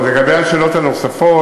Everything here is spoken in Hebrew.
אז לגבי השאלות הנוספות,